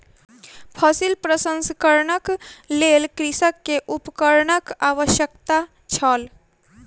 फसिल प्रसंस्करणक लेल कृषक के उपकरणक आवश्यकता छल